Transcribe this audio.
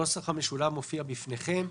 הנוסח המשולב מופיע בפניכם.